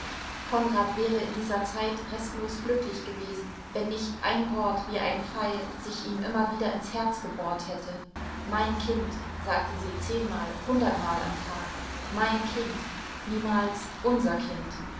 konrad wäre in dieser zeit restlos glücklich gewesen wenn nicht ein wort wie ein pfeil sich ihm immer wieder ins herz gebohrt hätte mein kind sagte sie zehnmal hundertmal am tage mein kind niemals unser kind